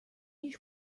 již